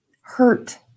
hurt